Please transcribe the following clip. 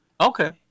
Okay